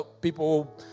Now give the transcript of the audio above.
people